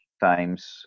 times